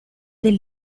del